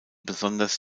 besonders